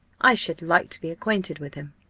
i should like to be acquainted with him.